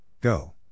go